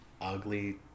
ugly